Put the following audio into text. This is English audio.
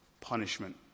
punishment